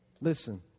Listen